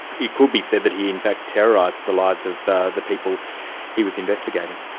it could be said that he in fact terrorised the lives of the the people he was investigating.